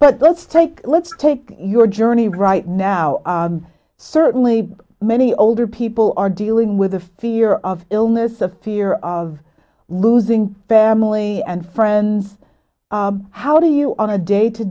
but let's take let's take your journey right now certainly many older people are dealing with the fear of illness the fear of losing family and friends how do you on a day to